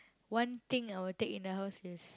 one thing I will take in the house is